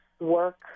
work